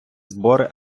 збори